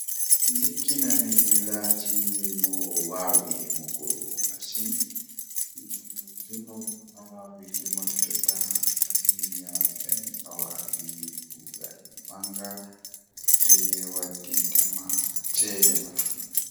Ndikkina mi waawi njiddude ko minndirde mooƴƴo walla njannoodo mooƴƴo, miɗo ɗonnoo ko njannoodo. Njannooji ko waɗi ɗuum heɓataa noɗɗi, sabu o waɗi ngam no njillitorde eɓɓe. Ko njannooji waɗi ɗum ngam no o waɗi njogortooɗi ngal ngal